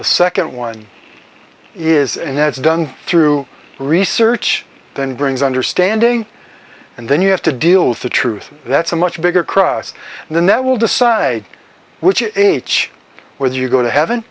the second one is and that's done through research then brings understanding and then you have to deal with the truth that's a much bigger cross then that will decide which each with you go to heaven